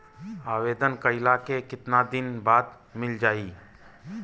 आवेदन कइला के कितना दिन बाद मिल जाई?